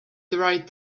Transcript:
tried